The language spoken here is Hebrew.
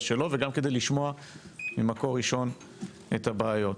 שלו וגם כדי לשמוע ממקור ראשון את הבעיות.